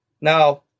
Now